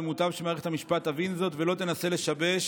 ומוטב שמערכת המשפט תבין זאת ולא תנסה לשבש